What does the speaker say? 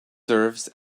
serves